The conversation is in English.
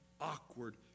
awkward